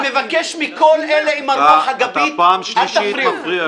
אני מבקש מכל אלה עם הרוח הגבית, אל תפריעו.